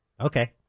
Okay